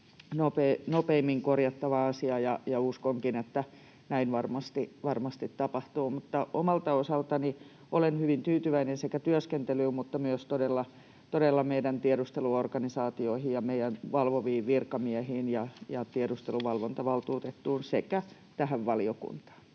nopeimmin korjattava asia, ja uskonkin, että näin varmasti tapahtuu. Omalta osaltani olen hyvin tyytyväinen sekä työskentelyyn että todella myös meidän tiedusteluorganisaatioihimme ja meidän valvoviin virkamiehiimme ja tiedusteluvalvontavaltuutettuun sekä tähän valiokuntaan.